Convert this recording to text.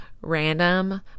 random